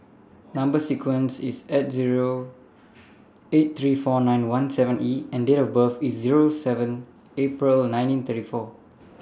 Number sequence IS S Zero eight three four nine one seven E and Date of birth IS Zero seven April nineteen thirty four